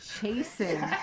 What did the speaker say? chasing